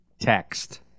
text